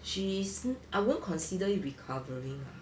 she's n~ I will consider it recovering ah